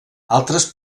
altres